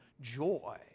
joy